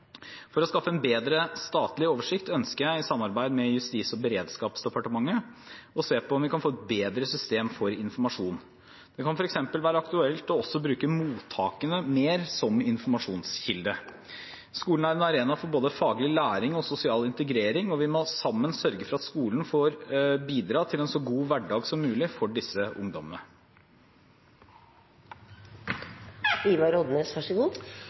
For å skaffe en bedre statlig oversikt ønsker jeg i samarbeid med Justis- og beredskapsdepartementet å se på om vi kan få et bedre system for informasjon. Det kan f.eks. være aktuelt å bruke mottakene mer som informasjonskilde. Skolen er en arena for både faglig læring og sosial integrering. Vi må sammen sørge for at skolen får bidra til en så god hverdag som mulig for disse